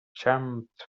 jammed